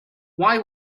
why